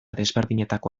desberdinetako